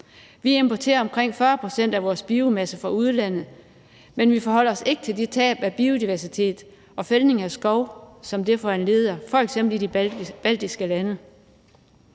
Vi importerer omkring 40 pct. af vores biomasse fra udlandet, men vi forholder os ikke til det tab af biodiversitet og fældning af skov, som det foranlediger i f.eks. de baltiske lande.